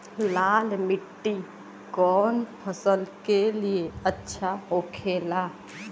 लाल मिट्टी कौन फसल के लिए अच्छा होखे ला?